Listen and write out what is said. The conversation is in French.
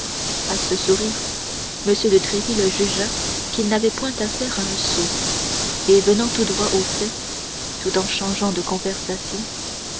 à ce sourire m de tréville jugea qu'il n'avait point affaire à un sot et venant droit au fait tout en changeant de conversation